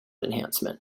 enhancement